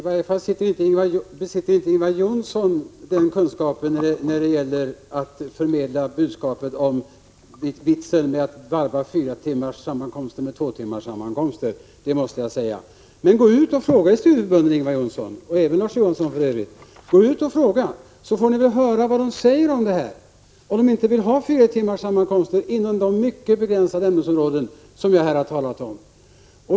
Herr talman! I varje fall besitter inte Ingvar Johnsson förmågan att förmedla budskapet om vitsen med att varva fyratimmarssammankomster med tvåtimmarssammankomster. Gå ut och fråga studieförbunden, Ingvar 155 Johansson och Larz Johansson, så får ni höra om de inte vill ha fyratimmarssammankomster inom de mycket begränsade ämnesområden som jag här har talat om.